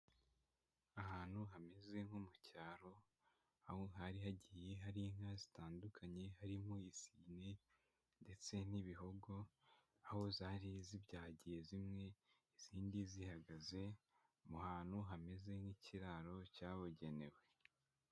Ahantu hameze nko mu cyaro, aho hari hagiye hari inka zitandukanye harimo insine ndetse n'ibihogo, aho zari zibyagiye zimwe izindi zihagaze mu hantu hameze nk'kiraro cyabugenewe.